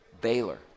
Baylor